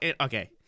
Okay